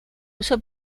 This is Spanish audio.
uso